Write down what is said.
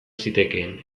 zitekeen